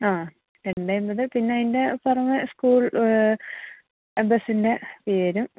ആ രണ്ട് അൻപത് പിന്നെ അതിൻ്റെ പുറമേ സ്കൂൾ ബസ്സിൻ്റെ ഫീ വരും